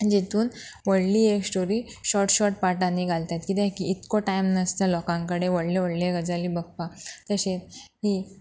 जेतून व्हडली एक श्टोरी शॉर्ट शॉर्ट पार्टांनी घालतात कित्याक की इतको टायम नासता लोकांकडेन व्हडल्यो व्हडल्यो गजाली बघपाक तशेंच की